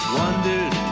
wondered